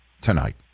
tonight